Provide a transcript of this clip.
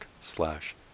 slash